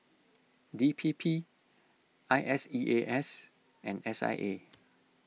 D P P I S E A S and S I A